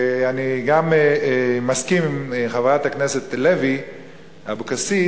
אני גם מסכים עם חברת הכנסת לוי אבקסיס,